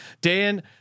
Dan